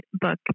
book